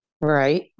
Right